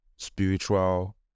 spiritual